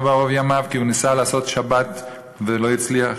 בערוב ימיו כי הוא ניסה לעשות שבת ולא הצליח.